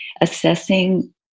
assessing